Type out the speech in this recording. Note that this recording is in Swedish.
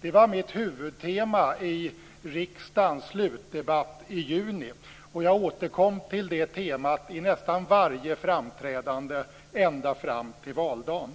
Det var mitt huvudtema i riksdagens slutdebatt i juni, och jag återkom till det temat i nästan varje framträdande ända fram till valdagen.